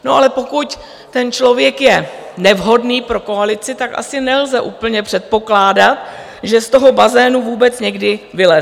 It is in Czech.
No ale pokud ten člověk je nevhodný pro koalici, tak asi nelze úplně předpokládat, že z toho bazénu vůbec někdy vyleze.